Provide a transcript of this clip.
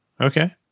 Okay